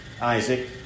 Isaac